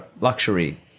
luxury